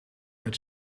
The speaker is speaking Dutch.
met